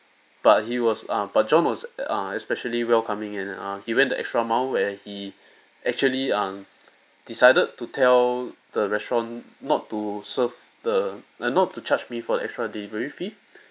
but he was uh but john was err especially welcoming and uh he went the extra mile where he actually uh decided to tell the restaurant not to serve the not to charge me for extra delivery fee